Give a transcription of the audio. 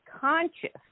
conscious